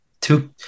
two